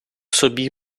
собі